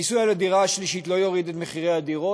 המיסוי על הדירה השלישית לא יוריד את מחירי הדירות.